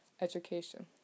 education